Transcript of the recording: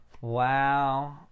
Wow